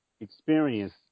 experience